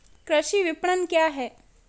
कृषि विपणन क्या है?